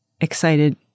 excited